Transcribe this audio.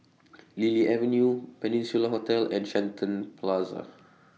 Lily Avenue Peninsula Hotel and Shenton Plaza